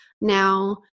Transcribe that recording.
now